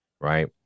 right